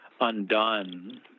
undone